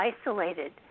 isolated